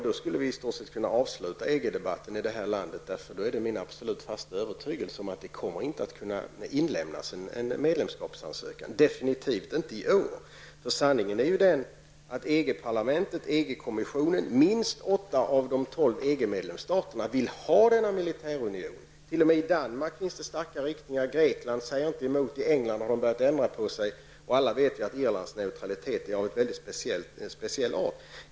Då kan vi i stort sett avsluta EG-debatten i det här landet, för det är min absolut fasta övertygelse att det inte kommer att kunna inlämnas en medlemskapsansökan, definitivt inte i år. Sanningen är ju den att EG parlamentet, EG-kommissionen och minst åtta av de tolv medlemsstaterna vill ha denna militärunion. T.o.m. i Danmark finns det stark opinion i den riktningen. Grekland säger inte nej, och i England har man börjat ändra på sig. Alla vet att Irlands neutralitet är av speciell art.